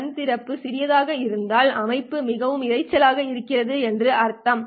கண் திறப்பது சிறியதாக இருந்தால் அமைப்பு மிகவும் இரைச்சலாக இருக்கிறது என்று அர்த்தம்